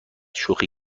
شوخی